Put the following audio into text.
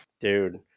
dude